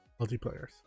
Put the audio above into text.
Multiplayers